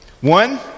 One